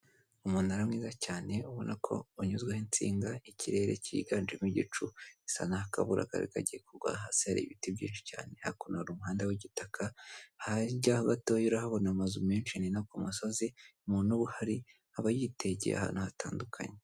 Umunara mwiza cyane ubona ko unyuzweho insinga, ikirere kiganjemo igicu gisa naho akavura kari kagiye kugwa, hasi hari ibiti byinshi cyane hakuno hari umuhanda w'igitaka, harya gatoya urahabona amazu menshi, ni no ku musozi, umuntu uba ahari aba yitegeye ahantu hatandukanye.